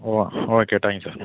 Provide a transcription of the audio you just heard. O okay thank you sir